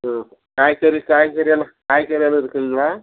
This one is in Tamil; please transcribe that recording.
ம் காய்கறி காய்கறி எல்லாம் காய்கறி எல்லாம் இருக்குதுங்களா